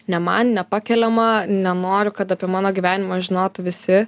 ne man nepakeliama nenoriu kad apie mano gyvenimą žinotų visi